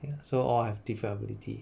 ya so all have different ability